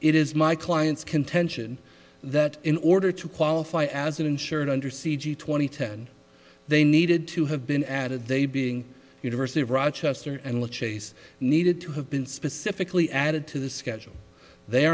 it is my client's contention that in order to qualify as an insured under c g twenty ten they needed to have been added they being university of rochester and will chase needed to have been specifically added to the schedule they